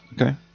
Okay